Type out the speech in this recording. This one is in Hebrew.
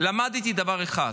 למדתי דבר אחד: